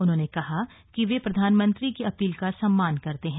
उन्होंने कहा कि वे प्रधानमंत्री की अपील का सम्मान करते हैं